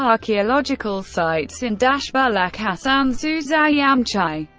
archeological sites in dashbulaq, hasansu, zayamchai,